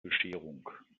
bescherung